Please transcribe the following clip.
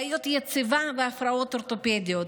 בעיות יציבה והפרעות אורתופדיות.